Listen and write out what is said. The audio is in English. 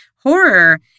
Horror